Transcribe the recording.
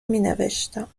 مینوشتم